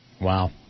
Wow